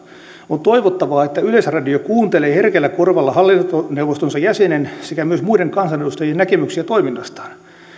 näkökantoja on toivottavaa että yleisradio kuuntelee herkällä korvalla hallintoneuvostonsa jäsenen sekä myös muiden kansanedustajien näkemyksiä toiminnastaan